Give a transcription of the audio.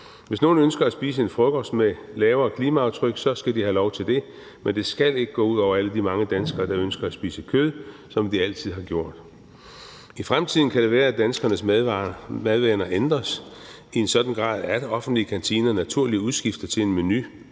Hvis nogen ønsker at spise en frokost med et lavere klimaaftryk, skal de have lov til det, men det skal ikke gå ud over alle de mange danskere, der ønsker at spise kød, som de altid gjort. I fremtiden kan det være, at danskernes madvaner ændres i en sådan grad, at offentlige kantiner naturligt udskifter til en menu